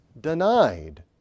denied